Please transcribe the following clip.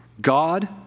God